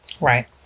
Right